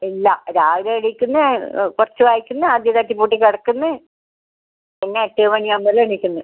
ഇല്ല രാവിലെ എണീക്കുന്നു കുറച്ചു വായിക്കുന്നു അത് കഴിച്ചു പൂട്ടി കിടക്കുന്നു പിന്നെ എട്ട് മണിയാവുമ്പോൾ എണീക്കുന്നു